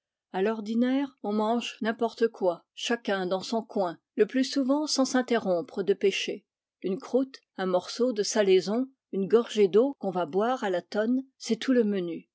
a l'ordinaire on mange n'importe quoi chacun dans son coin le plus souvent sans s'interrompre de pêcher une croûte un morceau de salaison une gorgée d'eau qu'on va boire à la tonne c'est tout le menu